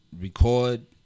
record